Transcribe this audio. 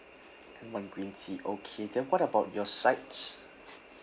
and one green tea okay then what about your sides